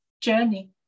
journey